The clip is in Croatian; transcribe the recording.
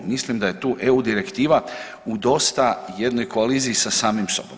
Mislim da je tu EU direktiva u dosta jednoj koaliziji sa samim sobom.